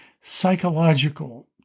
psychological